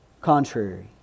contrary